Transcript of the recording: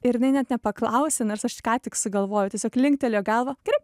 ir net nepaklausė nors aš ką tik sugalvojau tiesiog linktelėjo galvą gerai